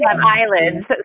eyelids